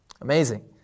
Amazing